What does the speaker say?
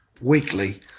weekly